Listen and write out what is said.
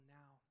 now